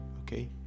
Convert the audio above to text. okay